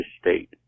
State